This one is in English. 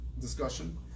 discussion